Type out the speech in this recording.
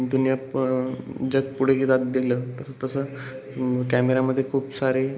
दुनिया प जग पुढे गे जात गेलं तसं तसं कॅमेरामध्ये खूप सारे